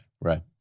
Right